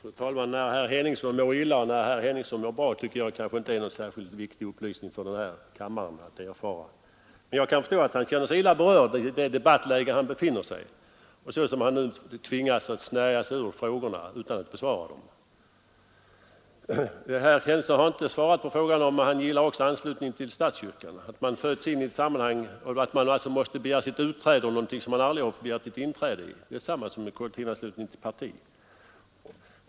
Fru talman! Om herr Henningsson mår illa eller herr Henningsson mår bra tycker jag kanske inte är särskilt viktigt för kammaren att erfara. Men jag kan förstå att herr Henningsson känner sig illa berörd i det debattläge han befinner sig i och där han nu tvingas krångla sig ur frågorna utan att besvara dem. Herr Henningsson har inte svarat på frågan om hur han gillar anslutningen till statskyrkan — att man föds in i statskyrkan och alltså måste begära sitt utträde ur någonting som man aldrig har begärt sitt inträde i. Det är på samma sätt där som med kollektivanslutning till ett parti.